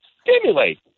stimulate